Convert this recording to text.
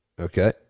okay